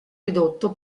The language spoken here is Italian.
ridotto